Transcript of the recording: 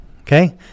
okay